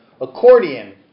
accordion